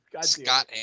Scott